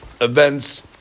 events